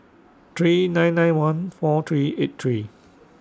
three nine nine one four three eight three